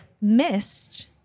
missed